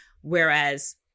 Whereas